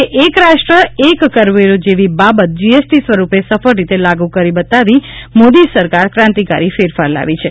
જેવું એક રાષ્ટ્ર એક કરવેરો જેવી બાબત સફળ રીતે લાગુ કરી બતાવી મોદી સરકાર ક્રાંતિકારી ફેરફાર લાવી છે